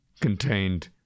contained